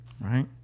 Right